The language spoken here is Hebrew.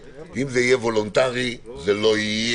אם זה יהיה וולונטרי, זה לא יהיה.